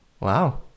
Wow